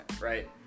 right